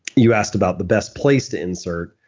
you asked about the best place to insert,